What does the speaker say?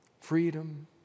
Freedom